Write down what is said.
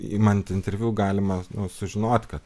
imant interviu galima sužinoti kad